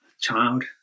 child